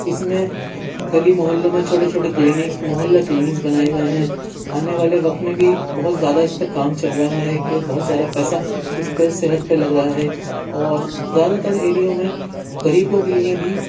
اس میں گلی محلوں میں چھوٹے چھوٹے کلینک محلہ کلینکس بنائے گئے ہیں آنے والے وقت میں بھی بہت زیادہ اس پہ کام چل رہا ہے کہ بہت سارا پیسہ اس پہ صحت پہ لگ رہا ہے اور زیادہ تر ایریوں میں غریبوں کے لیے بھی